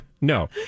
No